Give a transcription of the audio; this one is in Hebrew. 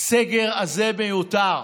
הסגר הזה מיותר.